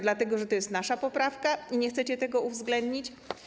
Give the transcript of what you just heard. Dlatego że to jest nasza poprawka i nie chcecie tego uwzględnić?